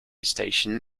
station